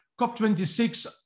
COP26